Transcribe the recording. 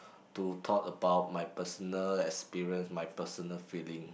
to talk about my personal experience my personal feeling